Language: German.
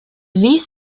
ließ